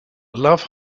love